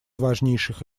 важнейших